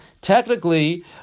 technically